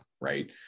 Right